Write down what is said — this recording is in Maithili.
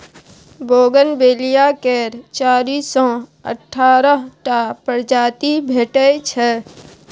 बोगनबेलिया केर चारि सँ अठारह टा प्रजाति भेटै छै